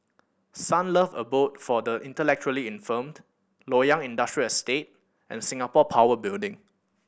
Sunlove Abode for the Intellectually Infirmed Loyang Industrial Estate and Singapore Power Building